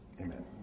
amen